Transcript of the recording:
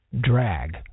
drag